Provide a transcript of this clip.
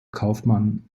kaufmann